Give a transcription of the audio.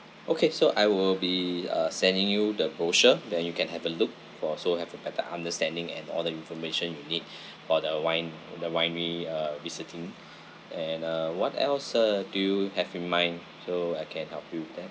okay so I will be uh sending you the brochure then you can have a look for also have a better understanding and the all the information you need or the wine the winery uh visiting and uh what else uh do you have in mind so I can help you with that